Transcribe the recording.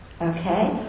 Okay